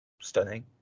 stunning